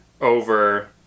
over